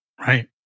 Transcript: Right